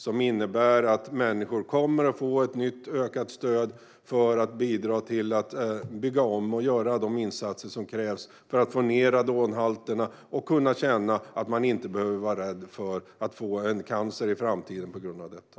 Det innebär att människor kommer att få ett nytt, ökat stöd för ombyggnad och för de insatser som krävs för att få ned radonhalterna så att man inte behöver vara rädd för att få cancer i framtiden på grund av detta.